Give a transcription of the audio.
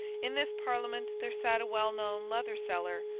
in this parliament there sat a well-known leather-seller,